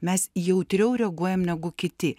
mes jautriau reaguojam negu kiti